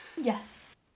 Yes